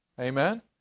Amen